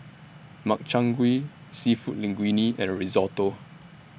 Makchang Gui Seafood Linguine and Risotto